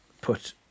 put